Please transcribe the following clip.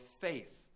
faith